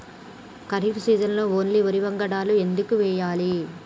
ఖరీఫ్ సీజన్లో ఓన్లీ వరి వంగడాలు ఎందుకు వేయాలి?